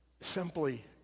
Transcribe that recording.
simply